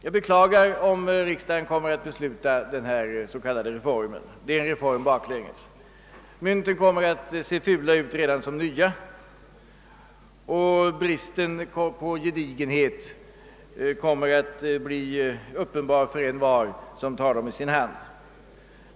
Jag beklagar om riksdagen kommer att besluta om denna s.k. reform. Det är en reform i bakvänd riktning. Mynten kommer att se fula ut redan som nya och bristen på gedigenhet kommer att bli uppenbar för envar som tar dem i sin hand.